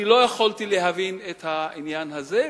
אני לא יכולתי להבין את העניין הזה,